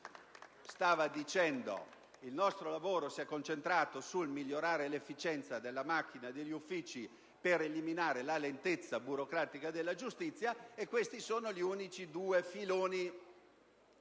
il nostro lavoro si è concentrato sul migliorare l'efficienza della macchina degli uffici per eliminare la lentezza burocratica della giustizia e questi sono gli unici due filoni